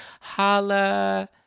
holla